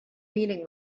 meeting